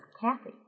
Kathy